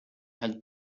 had